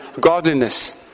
godliness